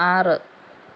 ആറ്